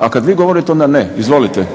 a kad vi govorite onda ne. Izvolite.